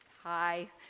hi